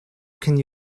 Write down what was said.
can